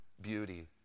beauty